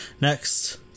Next